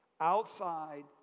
outside